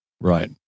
Right